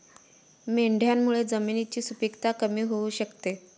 मेंढ्यांमुळे जमिनीची सुपीकता कमी होऊ शकते